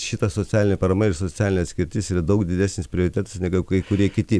šita socialinė parama ir socialinė atskirtis yra daug didesnis prioritetas negu kai kurie kiti